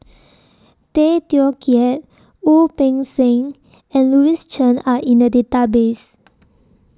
Tay Teow Kiat Wu Peng Seng and Louis Chen Are in The Database